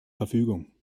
verfügung